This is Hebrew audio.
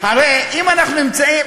הרי אם אנחנו נמצאים